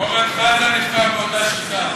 אורן חזן נבחר באותה שיטה.